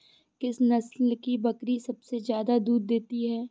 किस नस्ल की बकरी सबसे ज्यादा दूध देती है?